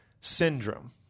syndrome